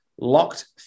Locked